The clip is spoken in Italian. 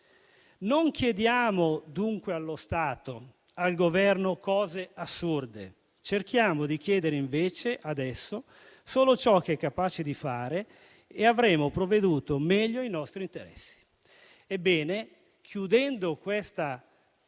Non chiediamo dunque allo Stato e al Governo cose assurde: adesso cerchiamo di chiedere invece solo ciò che è capace di fare e avremo provveduto meglio ai nostri interessi. Ebbene, chiudendo questa misura